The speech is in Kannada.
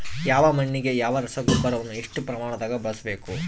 ಯಾವ ಮಣ್ಣಿಗೆ ಯಾವ ರಸಗೊಬ್ಬರವನ್ನು ಎಷ್ಟು ಪ್ರಮಾಣದಾಗ ಬಳಸ್ಬೇಕು?